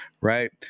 right